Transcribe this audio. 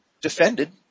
defended